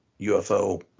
UFO